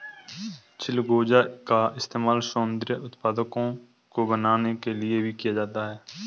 चिलगोजा का इस्तेमाल सौन्दर्य उत्पादों को बनाने के लिए भी किया जाता है